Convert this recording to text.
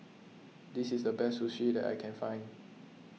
this is the best Sushi that I can find